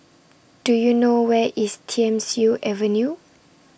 Do YOU know Where IS Thiam Siew Avenue